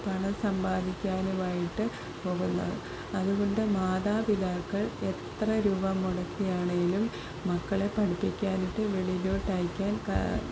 പണം സമ്പാദിക്കാനുമായിട്ട് പോകുന്നത് അതുകൊണ്ട് മാതാപിതാക്കൾ എത്ര രൂപ മുടക്കിയാണേലും മക്കളെ പഠിപ്പിക്കാനായിട്ട് വെളിയിലോട്ട് അയയ്ക്കാൻ കാ